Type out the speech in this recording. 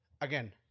Again